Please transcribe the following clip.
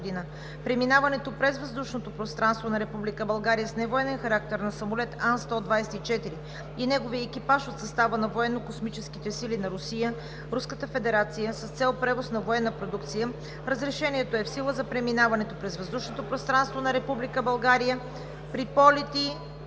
преминаването през въздушното пространство на Република България с невоенен характер на самолет Ан-124 и неговия екипаж от състава на Военнокосмическите сили на Русия, Руската федерация, с цел превоз на военна продукция. Разрешението е в сила за преминаването през въздушното пространство на Република